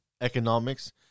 economics